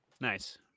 Nice